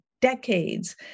decades